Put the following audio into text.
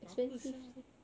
berapa sia